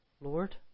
Lord